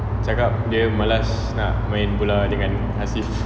cakap dia malas nak main bola dengan hasif